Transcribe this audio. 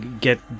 get